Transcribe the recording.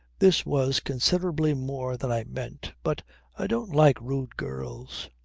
this was considerably more than i meant, but i don't like rude girls.